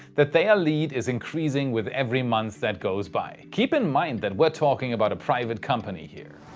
that their lead is increasing with every month that goes by. keep in mind that we're talking about a private company here.